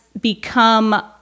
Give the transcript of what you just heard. become